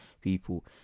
people